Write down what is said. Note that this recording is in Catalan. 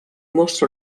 mostra